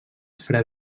fre